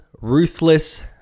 ruthless